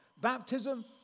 Baptism